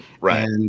right